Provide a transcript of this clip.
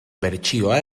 bertsioa